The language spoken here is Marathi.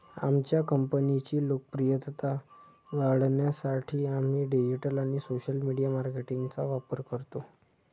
आमच्या कंपनीची लोकप्रियता वाढवण्यासाठी आम्ही डिजिटल आणि सोशल मीडिया मार्केटिंगचा वापर करतो